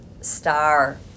star